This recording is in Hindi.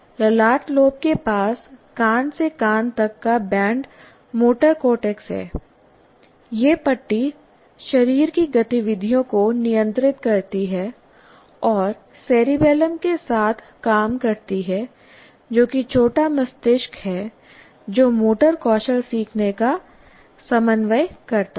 ललाट लोब के पास कान से कान तक का बैंड मोटर कॉर्टेक्स है यह पट्टी शरीर की गतिविधियों को नियंत्रित करती है और सेरिबैलम के साथ काम करती है जो कि छोटा मस्तिष्क है जो मोटर कौशल सीखने का समन्वय करता है